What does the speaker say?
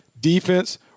Defense